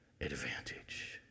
advantage